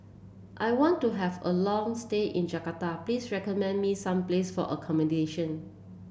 I want to have a long stay in Jakarta please recommend me some places for accommodation